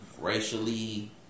racially